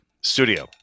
studio